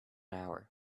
hour